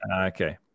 okay